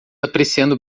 apreciando